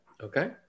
Okay